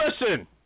listen